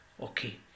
Okay